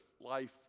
life